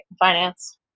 finance